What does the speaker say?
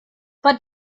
but